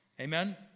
Amen